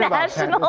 but i know